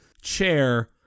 chair